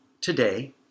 today